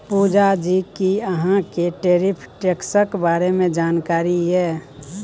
पुजा जी कि अहाँ केँ टैरिफ टैक्सक बारे मे जानकारी यै?